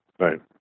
Right